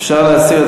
אפשר להסיר.